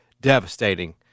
devastating